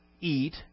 eat